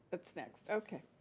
that's next, okay.